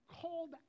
called